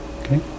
okay